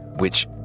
which,